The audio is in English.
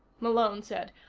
malone said.